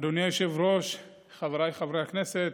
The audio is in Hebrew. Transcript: אדוני היושב-ראש, חבריי חברי הכנסת,